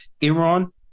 Iran